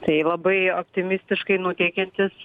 tai labai optimistiškai nuteikiantis